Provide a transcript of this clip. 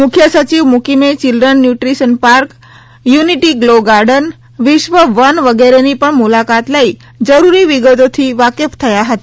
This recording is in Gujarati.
મુખ્ય સચિવ મુકીમે children nutrition park unity glow garden વિશ્વ વન વગેરેની પણ મુલાકાત લઇ જરૂરી વિગતોથી વાકેફ થયા હતા